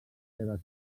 seves